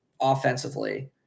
offensively